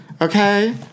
okay